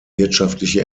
wirtschaftliche